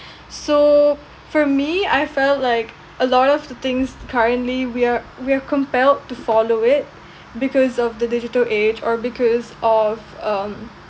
so for me I felt like a lot of the things currently we are we are compelled to follow it because of the digital age or because of um